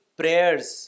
prayers